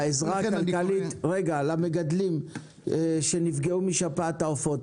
בעזרה הכלכלית למגדלים שנפגעו משפעת העופות,